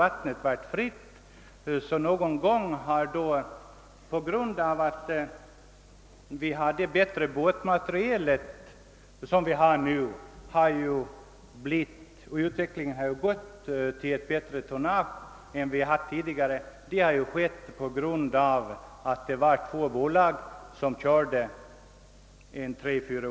Konkurrensen har ju hittills varit fri på detta område, och vi har genom att två bolag konkurrerat under tre, fyra år kunnat få ett bättre båtmaterial för denna trafik.